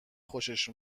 خوشش